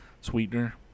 sweetener